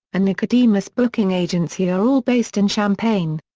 and nicodemus booking agency are all based in champaign.